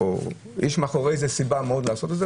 יש מאחורי זה סיבה לעשות את זה.